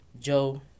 Joe